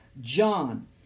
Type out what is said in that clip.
John